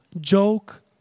joke